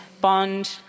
bond